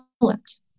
developed